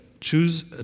choose